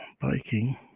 biking